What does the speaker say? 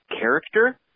character